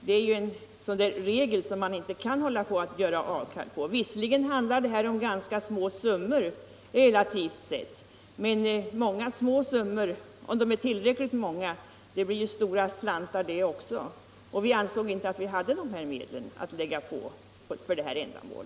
Dot är en regel som man inte kan göra avkall på. Visserligen handlar det här om små summor, relativt sett. Men många små summor blir, om de är tillräckligt många, stora slantar. Vi ansåg inte att vi hade medel att lägga på för dessa ändamål.